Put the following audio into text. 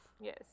Yes